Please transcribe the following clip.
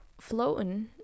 floating